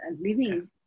living